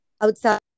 outside